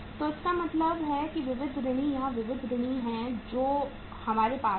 तो इसका मतलब है कि विविध ऋणी यहाँ विविध ऋणी हैं जो हमारे पास हैं